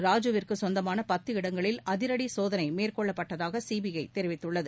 ராஜூவிற்கு சொந்தமான பத்து இடங்களில் அதிரடி சோதனை மேற்கொள்ளப்பட்டதாக சிபிஐ தெரிவித்துள்ளது